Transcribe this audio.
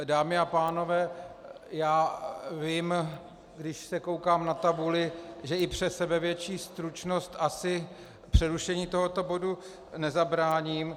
Dámy a pánové, já vím, když se koukám na tabuli, že i přes sebevětší stručnost asi přerušení tohoto bodu nezabráním.